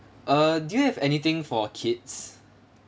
err do you have anything for kids